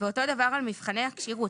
ואותו דבר על מבחני הכשירות,